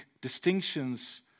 distinctions